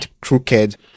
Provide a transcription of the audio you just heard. crooked